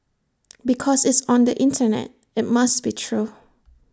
because it's on the Internet IT must be true